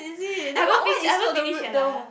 I haven't finish I haven't finish yet lah